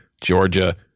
Georgia